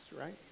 Right